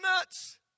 nuts